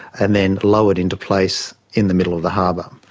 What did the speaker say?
and then lowered into place in the middle of the harbour.